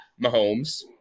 Mahomes